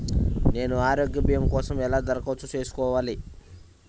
నేను ఆరోగ్య భీమా కోసం ఎలా దరఖాస్తు చేసుకోవాలి?